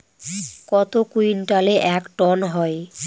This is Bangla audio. কত কুইন্টালে এক টন হয়?